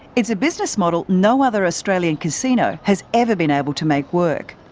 it's a business model no other australia casino has ever been able to make work.